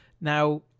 now